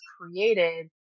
created